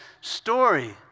story